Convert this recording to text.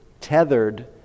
tethered